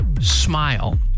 smile